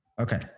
Okay